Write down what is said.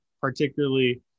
particularly